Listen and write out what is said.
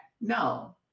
No